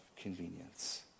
convenience